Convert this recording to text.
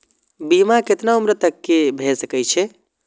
बीमा केतना उम्र तक के भे सके छै?